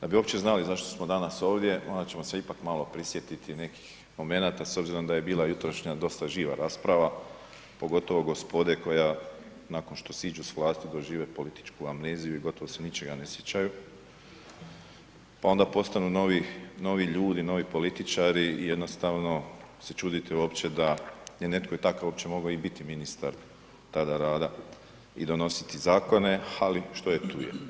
Da bi uopće znali zašto smo danas ovdje, morat ćemo se ipak malo prisjetiti nekih momenata s obzirom da je bila jutrošnja dosta živa rasprava, pogotovo gospode koja nakon što siđu s vlasti dožive političku amneziju i gotovo se ničega ne sjećaju pa onda postanu novi ljudi, novi političari i jednostavno se čudite uopće da je netko i takav uopće mogao i biti ministar, tada rada i donositi zakone, ali, što je tu je.